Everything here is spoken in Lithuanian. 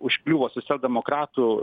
užkliuvo socialdemokratų